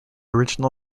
original